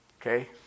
Okay